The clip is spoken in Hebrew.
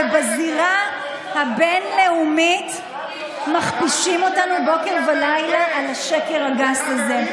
ובזירה הבין-לאומית מכפישים אותנו בוקר ולילה על השקר הגס הזה.